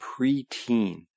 preteen